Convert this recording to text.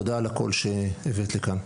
תודה על הקול שהבאת לכאן.